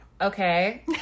Okay